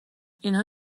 اینها